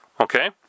okay